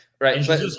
Right